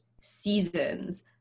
seasons